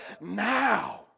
now